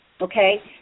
okay